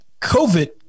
COVID